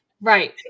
Right